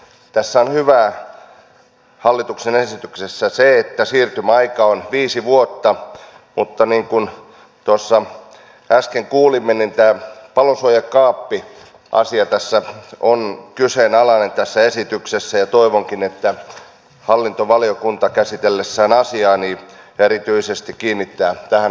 tässä hallituksen esityksessä on hyvää se että siirtymäaika on viisi vuotta mutta niin kuin tuossa äsken kuulimme tämä palosuojakaappiasia on kyseenalainen tässä esityksessä ja toivonkin että hallintovaliokunta käsitellessään asiaa erityisesti kiinnittää tähän asiakohtaan huomiota